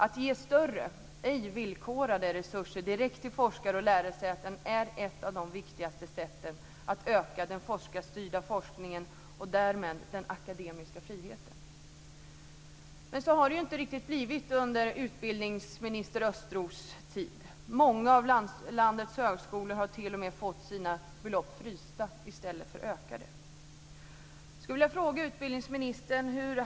Att ge större, ej villkorade, resurser direkt till forskare och lärosäten är ett av de viktigaste sätten att öka den forskarstyrda forskningen och därmed den akademiska friheten. Men så har det inte riktigt blivit under utbildningsminister Östros tid. Många av landets högskolor har t.o.m. fått sina belopp frysta i stället för ökade.